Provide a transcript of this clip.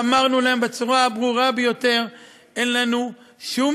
אמרנו להם בצורה הברורה ביותר: אין לנו שום